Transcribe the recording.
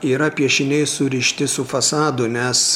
yra piešiniai surišti su fasadu nes